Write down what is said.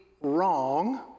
wrong